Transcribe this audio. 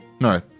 No